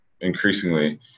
increasingly